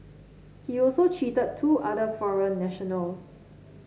he also cheated two other foreign nationals